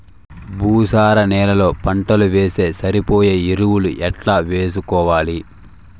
భూసార నేలలో పంటలు వేస్తే సరిపోయే ఎరువులు ఎట్లా వేసుకోవాలి?